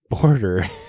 border